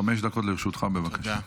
חמש דקות לרשותך, בבקשה.